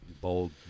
Bold